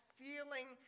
feeling